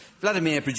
Vladimir